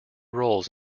roles